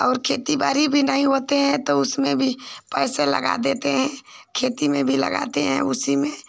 और खेती बाड़ी भी नहीं होती है उसमें भी पैसे लगा देते हैं खेती में भी लगाते हैं उसी में